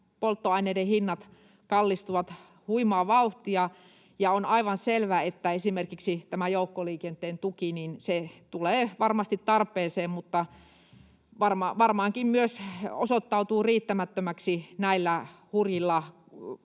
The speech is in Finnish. polttoaineiden hinnat kallistuvat huimaa vauhtia, ja on aivan selvää, että esimerkiksi joukkoliikenteen tuki tulee varmasti tarpeeseen mutta varmaankin myös osoittautuu riittämättömäksi näillä hurjilla